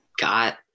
Got